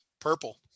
Purple